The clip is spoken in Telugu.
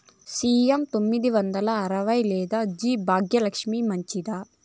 సి.ఎం తొమ్మిది వందల అరవై లేదా జి భాగ్యలక్ష్మి మంచిదా?